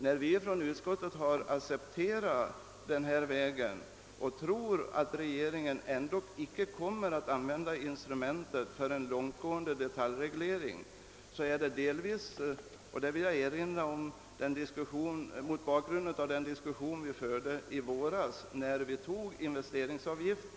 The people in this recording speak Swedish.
När vi i utskot tet har accepterat lagförslaget, har vi förutsatt att regeringen inte skall utnyttja lagen för någon långtgående detaljreglering. Jag vill erinra om den diskussion som fördes i våras, när riksdagen antog förslaget om investeringsavgift.